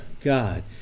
God